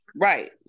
right